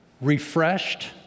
refreshed